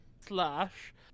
slash